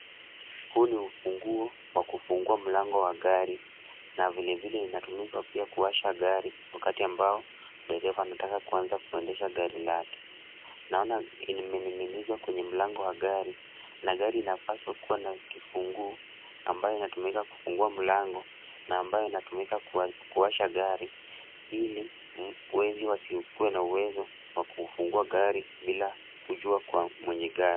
Huu ni ufunguo wa kufungua mlango wa gari na vilevile inatumika pia kuwasha gari wakati ambao dereva anataka kuanza kuendesha gari lake. Naona imening'inizwa kwenye mlango wa gari na gari inapaswa kuwa na kifunguu ambayo inatumika kufungua mlango na ambayo inatumika kuwasha gari ili wezi wasikue na uwezo wa kufungua gari bila kujua kwa mwenye gari.